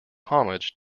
homage